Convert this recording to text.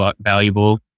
valuable